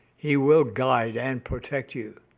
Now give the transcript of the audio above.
he will guide and protect you.